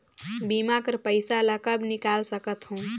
बीमा कर पइसा ला कब निकाल सकत हो?